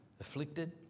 afflicted